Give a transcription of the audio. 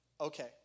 Okay